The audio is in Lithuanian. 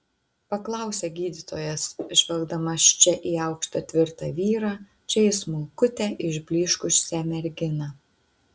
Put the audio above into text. paklausė gydytojas žvelgdamas čia į aukštą tvirtą vyrą čia į smulkutę išblyškusią merginą